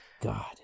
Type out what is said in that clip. God